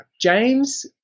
James